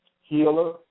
healer